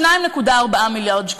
2.4 מיליארד שקלים.